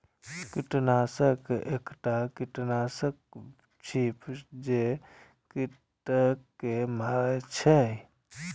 कृंतकनाशक एकटा कीटनाशक छियै, जे कृंतक के मारै छै